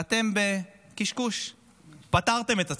ואתם בקשקוש פטרתם את עצמכם?